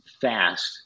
fast